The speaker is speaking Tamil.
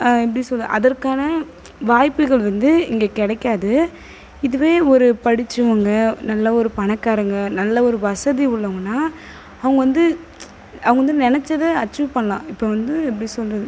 எப்படி சொல் அதற்கான வாய்ப்புகள் வந்து இங்கே கிடைக்காது இதுவே ஒரு படித்தவங்க நல்ல ஒரு பணக்காரங்க நல்ல ஒரு வசதி உள்ளவங்கனா அவங்க வந்து அவங்க வந்து நினைச்சதை அச்சீவ் பண்ணலாம் இப்போ வந்து எப்படி சொல்கிறது